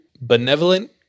benevolent